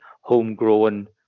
homegrown